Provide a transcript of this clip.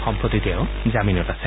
সম্প্ৰতি তেওঁ জামিনত আছে